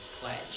pledge